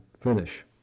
finish